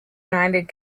united